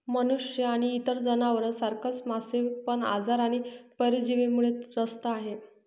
मनुष्य आणि इतर जनावर सारखच मासे पण आजार आणि परजीवींमुळे त्रस्त आहे